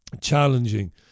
challenging